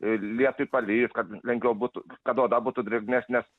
lietui palijus kad lengviau būtų kad oda būtų drėgnesnė